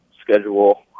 schedule